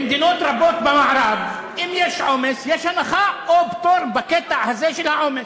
במדינות רבות במערב אם יש עומס יש הנחה או פטור בקטע הזה של העומס.